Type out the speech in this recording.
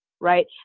right